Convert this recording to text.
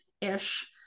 ish